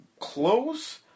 Close